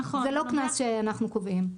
זה לא קנס שאנחנו קובעים.